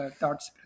thoughts